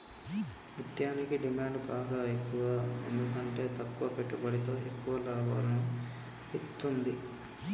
ముత్యనికి డిమాండ్ బాగ ఎక్కువ ఎందుకంటే తక్కువ పెట్టుబడితో ఎక్కువ లాభాలను ఇత్తుంది